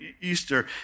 Easter